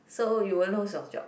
so you won't lose your job